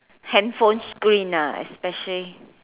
handphone screen ah especially